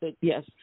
yes